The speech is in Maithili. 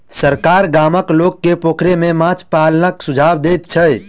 सरकार गामक लोक के पोखैर में माछ पालनक सुझाव दैत छै